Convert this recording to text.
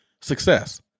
Success